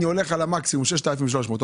אני הולך על המקסימום 6,300 ₪,